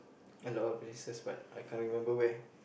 a lot of places but I can't remember where